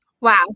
Wow